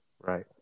right